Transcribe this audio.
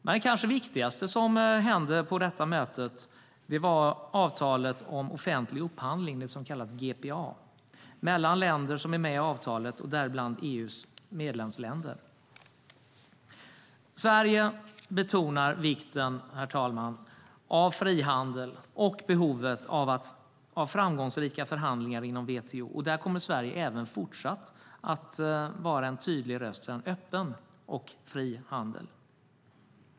Det kanske viktigaste som hände på WTO-mötet var avtalet om offentlig upphandling, det som kallas GPA, mellan länder som är med i avtalet, däribland EU:s medlemsländer. Sverige betonar, herr talman, vikten av frihandel och behovet av framgångsrika förhandlingar inom WTO. Där kommer Sverige även fortsatt att vara en tydlig röst för en öppen och fri handel.